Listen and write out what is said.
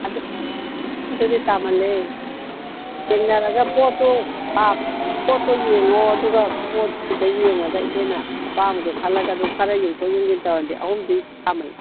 ꯑꯗꯨ ꯑꯗꯨꯗꯤ ꯇꯥꯃꯜꯂꯦ ꯌꯦꯡꯅꯔꯒ ꯄꯣꯠꯇꯣ ꯑꯥ ꯄꯣꯠꯇꯨ ꯌꯦꯡꯉꯣ ꯑꯗꯨꯒ ꯄꯣꯠꯇꯨꯗ ꯌꯦꯡꯉꯒ ꯏꯆꯦꯅ ꯑꯄꯥꯝꯕꯗꯨ ꯈꯜꯂꯒ ꯑꯗꯨ ꯈꯔ ꯌꯦꯡꯊꯣꯛ ꯌꯦꯡꯁꯤꯟ ꯇꯧꯔꯁꯤ ꯑꯍꯨꯝꯗꯤ ꯇꯥꯃꯜꯂꯤ